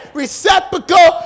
reciprocal